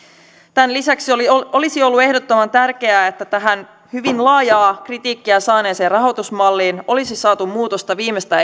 tämän lisäksi olisi ollut ehdottoman tärkeää että tähän hyvin laajaa kritiikkiä saaneeseen rahoitusmalliin olisi saatu muutosta viimeistään